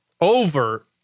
Over